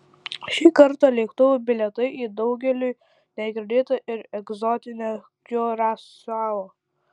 šį kartą lėktuvo bilietai į daugeliui negirdėtą ir egzotinę kiurasao